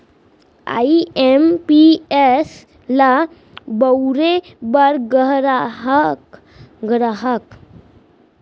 IMPS ल बउरे बर गराहक तीर एक बेंक खाता होना चाही जेन म वो ह मोबाइल बेंकिंग चलाथे